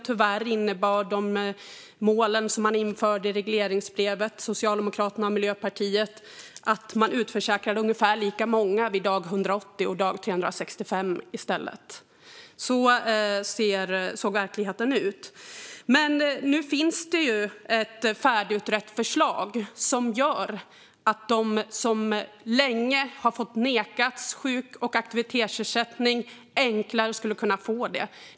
Tyvärr innebar de mål som Socialdemokraterna och Miljöpartiet införde i regleringsbrevet att man i stället utförsäkrade ungefär lika många vid dag 180 och dag 365. Så såg verkligheten ut. Men nu finns det ett färdigutrett förslag som skulle kunna göra att de som länge har nekats sjuk och aktivitetsersättning enklare skulle kunna få det.